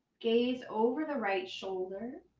gaze over the right shoulder.